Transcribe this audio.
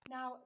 Now